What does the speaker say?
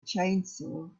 chainsaw